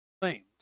claimed